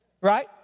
right